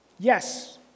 Yes